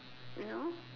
you know